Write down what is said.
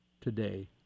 today